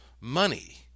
money